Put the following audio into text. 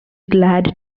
glad